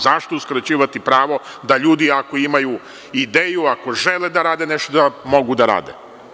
Zašto uskraćivati pravo da ljudi ako imaju ideju, ako žele da rade nešto, da mogu da rade.